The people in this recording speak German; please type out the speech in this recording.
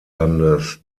landes